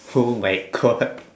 oh my god